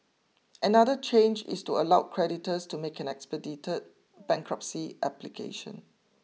another change is to allow creditors to make an expedited bankruptcy application